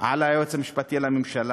על היועץ המשפטי לממשלה,